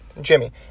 Jimmy